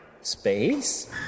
Space